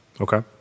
Okay